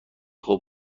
خوب